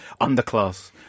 underclass